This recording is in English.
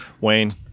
Wayne